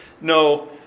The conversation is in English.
No